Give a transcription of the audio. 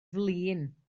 flin